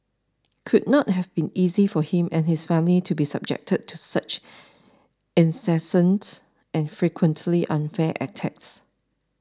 could not have been easy for him and his family to be subjected to such incessant and frequently unfair attacks